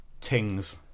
Tings